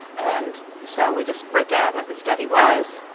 and so we just wrote down what the study was,